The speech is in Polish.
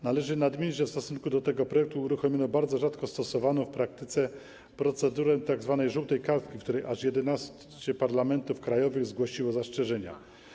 Należy nadmienić, że w stosunku do tego projektu uruchomiono bardzo rzadko stosowaną w praktyce procedurę tzw. żółtej kartki, w której aż 11 parlamentów krajowych zgłosiło zastrzeżenia.